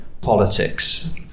politics